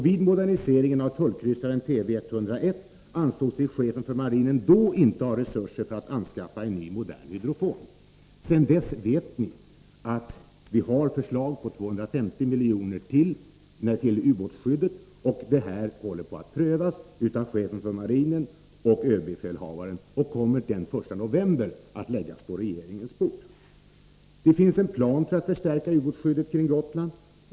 Vid moderniseringen av tullkryssaren TV 101 ansåg sig chefen för marinen då inte ha resurser för att anskaffa en ny, modern hydrofon. Sedan dess har vi fått förslag på ytterligare 250 milj.kr. till ubåtsskyddet. Ytterligare ubåtsskyddsåtgärder håller på att prövas av överbefälhavaren och chefen för marinen, och förslag kommer att lämnas den 1 november i år. Det finns en plan för att förstärka ubåtsskyddet kring Gotland.